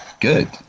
good